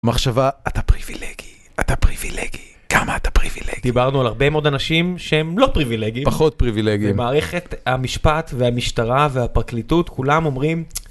מחשבה, אתה פריבילגי, אתה פריבילגי, כמה אתה פריבילגי. דיברנו על הרבה מאוד אנשים שהם לא פריבילגיים. פחות פריבילגיים. במערכת המשפט והמשטרה והפרקליטות, כולם אומרים,